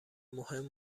مهم